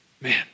man